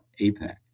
APEC